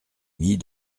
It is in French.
mis